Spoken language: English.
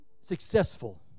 successful